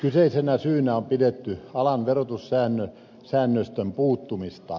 kyseisenä syynä on pidetty alan verotussäännösten puuttumista